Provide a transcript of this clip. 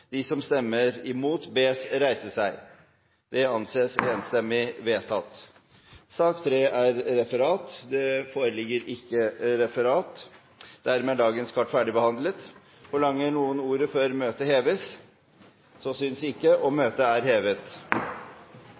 de støtter innstillingen. Det foreligger ikke noe referat. Dermed er dagens kart ferdigbehandlet. Forlanger noen ordet før møtet heves? – Så synes ikke, og møtet er hevet.